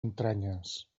entranyes